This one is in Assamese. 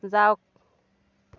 যাওক